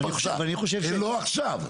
לא עכשיו.